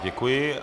Děkuji.